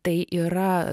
tai yra